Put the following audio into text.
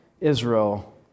Israel